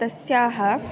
तस्याः